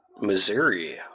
Missouri